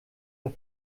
der